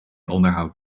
onderhoud